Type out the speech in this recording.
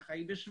כך היא בשוויץ,